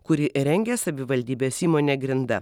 kurį rengia savivaldybės įmonė grinda